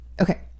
Okay